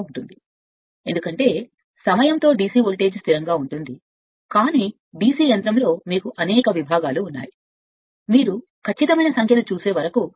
లా ఎందుకంటే సమయంతో DC voltage స్థిరంగా ఉంటుంది కానీ DC యంత్రంలో మీకు అనేక విభాగాలు ఉన్నాయి తప్ప మీరు ఆ సంఖ్యను పిలిచేదాన్ని ఖచ్చితంగా చూసేవరకు తప్ప